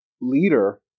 leader